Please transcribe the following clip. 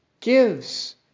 gives